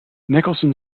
nicholson